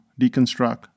deconstruct